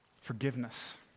Forgiveness